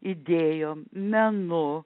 idėjom menu